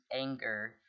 anger